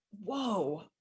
whoa